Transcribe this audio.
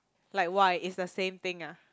like why is the same thing ah